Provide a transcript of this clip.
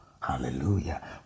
Hallelujah